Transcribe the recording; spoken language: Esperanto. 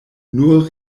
nur